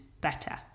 better